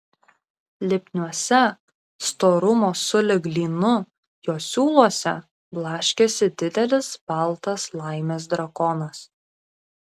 lipniuose storumo sulig lynu jo siūluose blaškėsi didelis baltas laimės drakonas